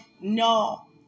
no